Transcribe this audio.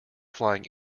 flying